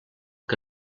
que